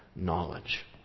knowledge